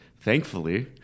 thankfully